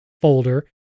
folder